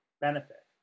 benefit